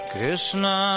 Krishna